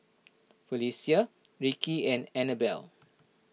Felecia Rickie and Anabelle